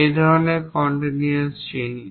এই ধরনের কন্টিনিউয়াস জিনিস